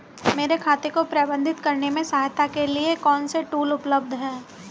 मेरे खाते को प्रबंधित करने में सहायता के लिए कौन से टूल उपलब्ध हैं?